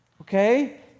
okay